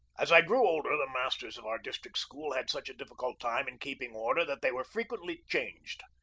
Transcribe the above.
as i grew older the masters of our district school had such a difficult time in keeping order that they were frequently changed.